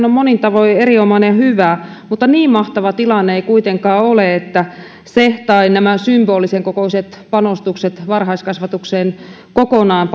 on monin tavoin erinomainen ja hyvä mutta niin mahtava tilanne ei kuitenkaan ole että se tai nämä symbolisen kokoiset panostukset varhaiskasvatukseen kokonaan